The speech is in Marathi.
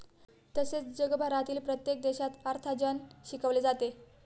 तसेच जगभरातील प्रत्येक देशात अर्थार्जन शिकवले जाते